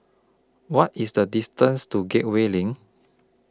What IS The distance to Gateway LINK